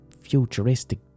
futuristic